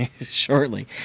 shortly